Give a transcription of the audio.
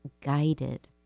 Guided